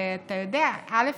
ואתה יודע, א.